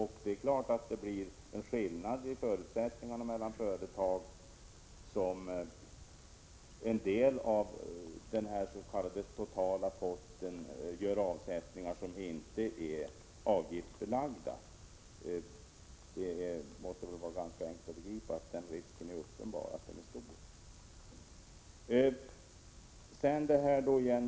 Det måste väl vara ganska enkelt att begripa att risken är stor för att det blir en skillnad i förutsättningar mellan företag som av den s.k. totala potten gör icke avgiftsbelagda avsättningar och företag som inte gör det.